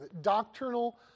Doctrinal